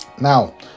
Now